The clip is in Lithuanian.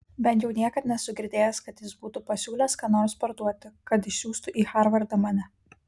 bent jau niekad nesu girdėjęs kad jis būtų pasiūlęs ką nors parduoti kad išsiųstų į harvardą mane